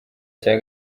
cya